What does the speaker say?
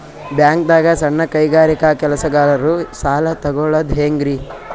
ಬ್ಯಾಂಕ್ದಾಗ ಸಣ್ಣ ಕೈಗಾರಿಕಾ ಕೆಲಸಗಾರರು ಸಾಲ ತಗೊಳದ್ ಹೇಂಗ್ರಿ?